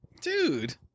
Dude